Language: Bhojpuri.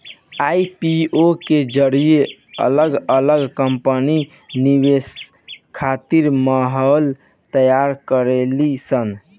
आई.पी.ओ के जरिए अलग अलग कंपनी निवेश खातिर माहौल तैयार करेली सन